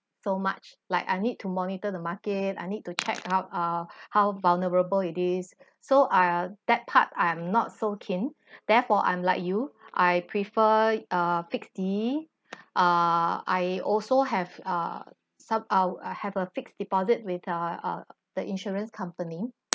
so much like I need to monitor the market I need to check out err how vulnerable it is so I uh that part I am not so keen therefore I'm like you I prefer a fixed D err I also have uh a some uh or have a fixed deposit with uh uh the insurance company